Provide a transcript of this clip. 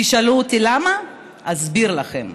תשאלו אותי למה, אסביר לכם,